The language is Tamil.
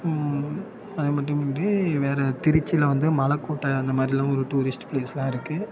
அதுமட்டுமின்றி வேறு திருச்சியில் வந்து மலைக்கோட்ட அந்த மாதிரிலாம் ஒரு டூரிஸ்ட் பிளேஸ்லாம் இருக்குது